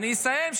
אני אסיים,